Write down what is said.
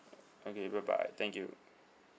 okay bye bye thank you